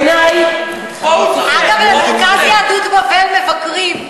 בעיני, אגב, במרכז יהדות בבל מבקרים.